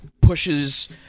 pushes